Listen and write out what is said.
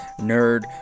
nerd